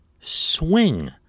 swing